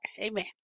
Amen